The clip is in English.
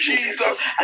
Jesus